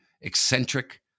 eccentric